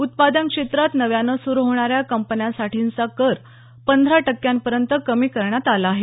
उत्पादन क्षेत्रात नव्यानं सुरू होणाऱ्या कंपन्यांसाठीचा कर पंधरा टक्क्यांपर्यंत कमी करण्यात आला आहे